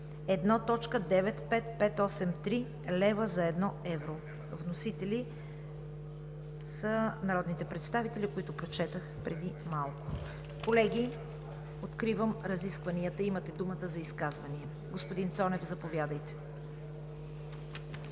1.95583 лева за 1 евро.“ Вносители са народните представители, които вече съобщих преди малко. Колеги, откривам разискванията. Имате думата за изказвания. Господин Цонев, заповядайте.